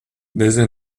desde